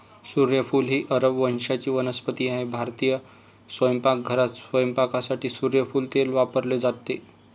सूर्यफूल ही अरब वंशाची वनस्पती आहे भारतीय स्वयंपाकघरात स्वयंपाकासाठी सूर्यफूल तेल वापरले जाते